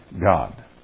God